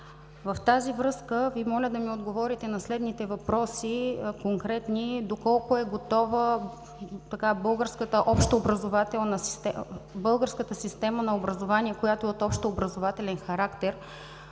В тази връзка Ви моля да ми отговорите на следните конкретни въпроси: доколко е готова българската система на образование, която е от общообразователен характер,